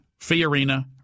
Fiorina